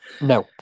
no